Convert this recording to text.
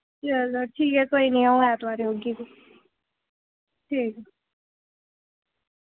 चलो कोई नी ठीक ऐ अ'ऊं ऐतवारें औगी ठीक